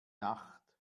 nacht